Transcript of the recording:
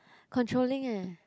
controlling eh